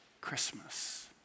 Christmas